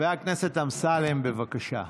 חבר הכנסת אמסלם, בבקשה.